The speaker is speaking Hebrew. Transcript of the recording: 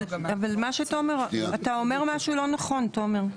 אבל, אתה אומר משהו לא נכון, תומר.